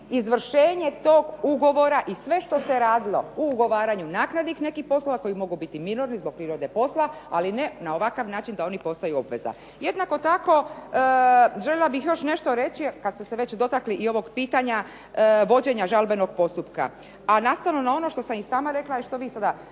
izvršenje tog ugovora i sve što se radilo u ugovaranju naknadnih nekih poslova koji mogu biti minorni zbog prirode posla, ali ne na ovakav način da oni postaju obveza. Jednako tako željela bih još nešto reći kad ste se već dotakli i ovog pitanja vođenje žalbenog postupka, a nastavno na ono što sam i sama rekla i što vi sada